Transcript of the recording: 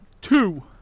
Two